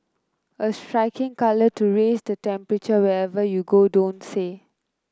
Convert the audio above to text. a striking colour to raise the temperature wherever you go don't you say